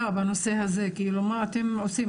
מה אתם עושים?